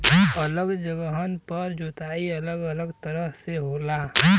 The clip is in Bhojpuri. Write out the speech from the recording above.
अलग जगहन पर जोताई अलग अलग तरह से होला